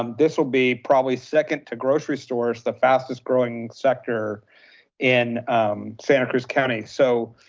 um this will be probably second to grocery stores, the fastest growing sector in santa cruz county. so,